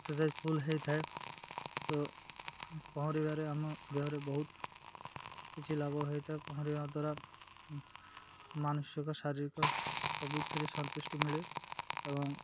exercise full ହୋଇଥାଏ ତ ପହଁରିବାରେ ଆମ ଦେହରେ ବହୁତ କିଛି ଲାଭ ହୋଇଥାଏ ପହଁରିବା ଦ୍ୱାରା ମାନସିକ ଶାରୀରିକ ସବୁଥିରେ ସନ୍ତୁଷ୍ଟି ମିଳେ ଏବଂ